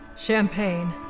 Champagne